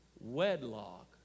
wedlock